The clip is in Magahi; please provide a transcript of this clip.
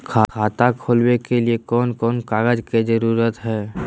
खाता खोलवे के लिए कौन कौन कागज के जरूरत है?